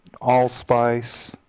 allspice